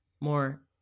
more